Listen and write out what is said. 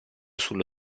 sullo